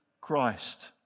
Christ